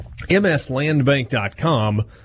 mslandbank.com